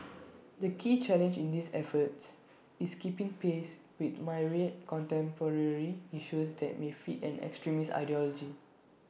the key challenge in these efforts is keeping pace with myriad contemporary issues that may feed an extremist ideology